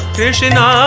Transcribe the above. Krishna